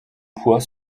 pois